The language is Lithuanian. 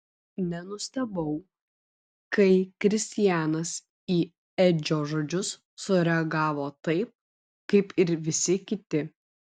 nenustebau kai kristianas į edžio žodžius sureagavo taip kaip ir visi kiti